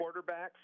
quarterbacks